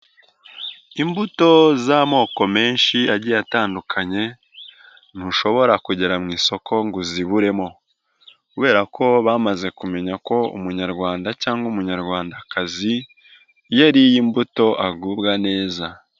Imbuto z'amoko menshi agiye atandukanye, ntushobora kugera mu isoko ngo uziburemo, kubera ko bamaze kumenya ko umunyarwanda cyangwa umunyarwandakazi, iyo ariye imbuto agubwa neza.